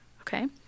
Okay